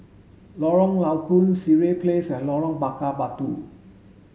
Lorong Low Koon Sireh Place and Lorong Bakar Batu